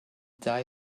die